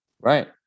Right